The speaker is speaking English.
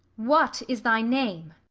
what is thy name?